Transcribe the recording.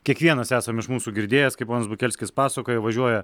kiekvienas esam iš mūsų girdėjęs kaip ponas bukelskis pasakoja važiuoja